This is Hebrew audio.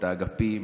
את האגפים,